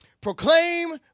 Proclaim